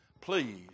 please